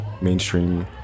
mainstream